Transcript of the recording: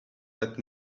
that